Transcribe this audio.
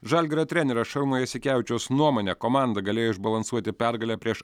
žalgirio trenerio šarūno jasikevičiaus nuomone komandą galėjo išbalansuoti pergalė prieš